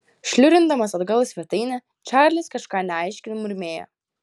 šliurindamas atgal į svetainę čarlis kažką neaiškiai murmėjo